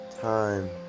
time